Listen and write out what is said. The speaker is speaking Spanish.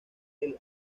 del